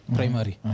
Primary